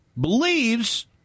Believes